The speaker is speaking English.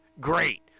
Great